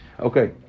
Okay